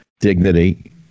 dignity